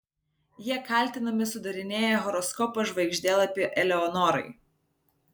jie kaltinami sudarinėję horoskopo žvaigždėlapį eleonorai